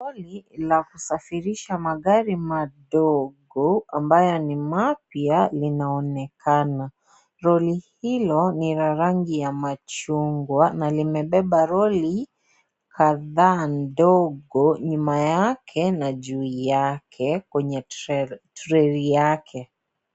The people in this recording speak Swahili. Lari la kusafirisha magari madogo, ambayo ni mpya linaonekana. Lori hilo ni la rangi ya machungwa na limebeba lori kadhaa ndogo. Nyuma yake na juu yake kwenye trailer yake.